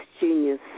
genius